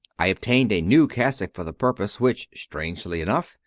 i obtained a new cassock for the purpose, which, strangely enough,